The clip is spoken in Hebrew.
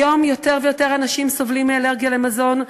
היום יותר ויותר אנשים סובלים מאלרגיה למזון.